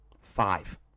Five